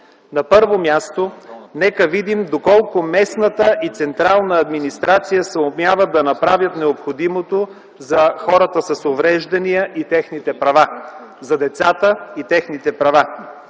На първо място, нека да видим доколкото местната и централна администрация съумяват да направят необходимото за хората с увреждания и техните права, за децата и техните права.